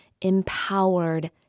empowered